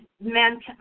meant